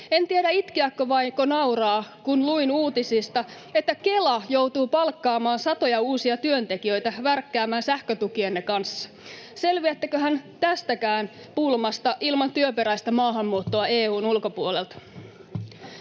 En tiedä, itkeäkö vaiko nauraa, kun luin uutisista, että Kela joutuu palkkaamaan satoja uusia työntekijöitä värkkäämään sähkötukienne kanssa. Selviätteköhän tästäkään pulmasta ilman työperäistä maahanmuuttoa EU:n ulkopuolelta?